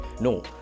No